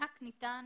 המענק ניתן